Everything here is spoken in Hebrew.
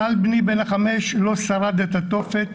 טל בני בן החמש לא שרד את התופת,